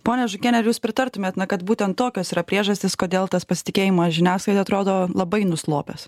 ponia žukiene ar jūs pritartumėt na kad būtent tokios yra priežastys kodėl tas pasitikėjimas žiniasklaida atrodo labai nuslopęs